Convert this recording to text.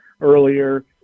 earlier